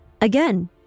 Again